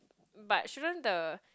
but shouldn't the